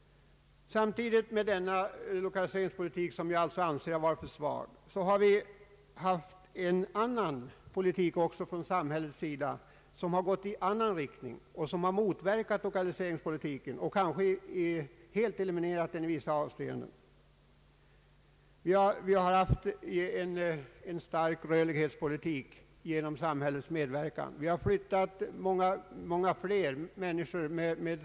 Samtidigt med lokaliseringspolitiken, som jag anser är för svag, har samhället fört en annan politik som gått i en annan riktning och motverkat lokaliseringspolitiken, kanske helt eliminerat den i vissa avseenden. Jag tänker på den starka rörlighetspolitik som har förts genom samhällets medverkan. Många människor har flyttat och fått statsbidrag genom samhällets försorg.